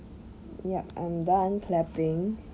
yup I'm done clapping